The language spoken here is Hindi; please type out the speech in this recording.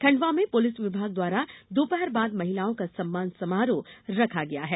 खंडवा में पुलिस विभाग द्वारा दोपहर बाद महिलाओं का सम्मान समारोह रखा गया है